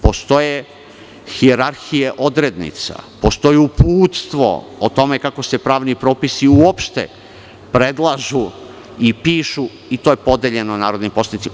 Postoje hijerarhije odrednica, postoji uputstvo o tome kako se pravni propisi uopšte predlažu i pišu i to je podeljeno narodnim poslanicima.